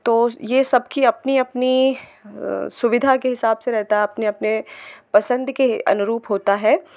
तो यह सबकी अपनी सुविधा के हिसाब से रहता है अपने अपने पसंद के अनुरुप होता है